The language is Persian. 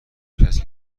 کسی